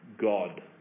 God